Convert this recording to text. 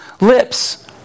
lips